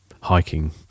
hiking